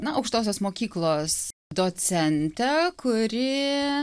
na aukštosios mokyklos docentę kuri